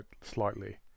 slightly